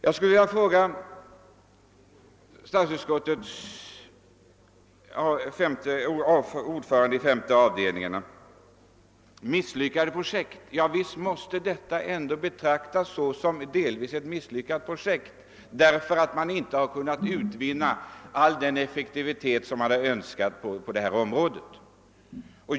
Jag skulle vilja till ordföranden i statsutskottets femte avdelning säga, att visst måste Marviken delvis betraktas såsom ett misslyckat projekt, eftersom man inte har kunnat utvinna hela den effekt som man hade önskat sig på detta område.